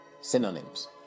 synonyms